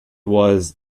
was